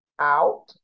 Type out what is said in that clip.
out